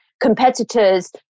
competitors